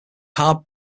hard